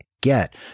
get